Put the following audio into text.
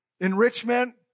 enrichment